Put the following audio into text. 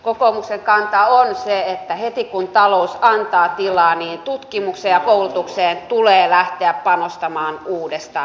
kokoomuksen kanta on se että heti kun talous antaa tilaa tutkimukseen ja koulutukseen tulee lähteä panostamaan uudestaan